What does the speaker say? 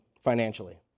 financially